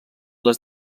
les